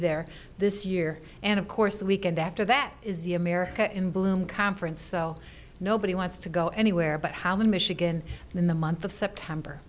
there this year and of course the weekend after that is the america in bloom conference so nobody wants to go anywhere but how many michigan in the month of september